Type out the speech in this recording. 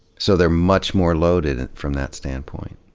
so they're much more loaded from that standpoint.